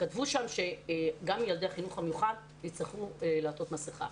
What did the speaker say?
כתבו שם שגם ילדי החינוך המיוחד יצטרכו לעטות מסיכה.